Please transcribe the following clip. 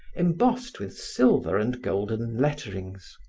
embossed with silver and golden letterings.